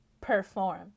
perform